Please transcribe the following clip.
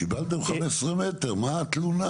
קיבלתם 15 מטרים, על מה התלונה?